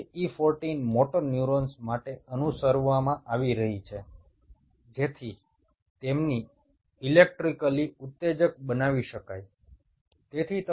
E14 motor নিউরনকে electrically উত্তেজিত করে তুলতেও এই একই পদ্ধতি অবলম্বন করা হয়